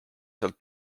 seal